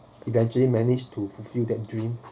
eventually managed to fulfil that dream